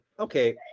okay